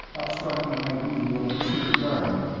obstructing my view of the tudor garden,